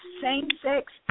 same-sex